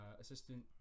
assistant